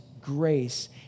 grace